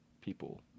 people